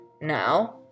Now